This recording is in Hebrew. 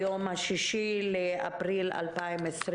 היום ה-6 באפריל 2020,